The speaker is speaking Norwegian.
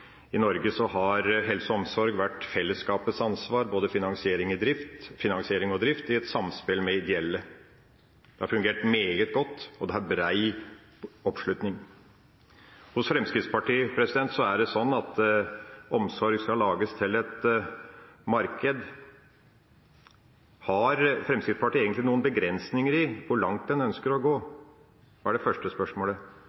I Norge har helse og omsorg vært fellesskapets ansvar – både finansiering og drift – i et samspill med ideelle. Det har fungert meget godt, og det har brei oppslutning. Hos Fremskrittspartiet er det sånn at omsorg skal lages til et marked. Har Fremskrittspartiet egentlig noen begrensninger i hvor langt en ønsker å